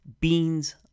beans